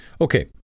okay